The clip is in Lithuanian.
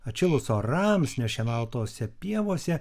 atšilus orams nešienautose pievose